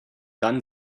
dann